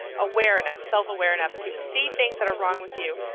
aware enough, self-aware enough to see things that are wrong with you,